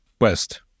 West